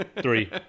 three